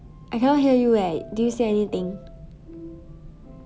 I cannot hear you leh did you say anything